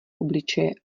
obličeje